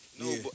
No